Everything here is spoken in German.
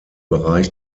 bereich